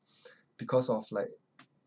because of like